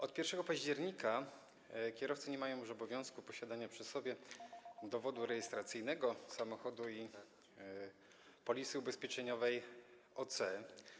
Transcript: Od 1 października kierowcy nie mają już obowiązku posiadania przy sobie dowodu rejestracyjnego samochodu i polisy ubezpieczeniowej OC.